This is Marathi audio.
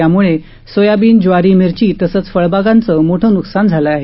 त्यामुळे सोयाबीन ज्वारी मिर्ची तसंच फळबागांच मोठ नुकसान झालं आहे